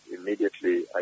immediately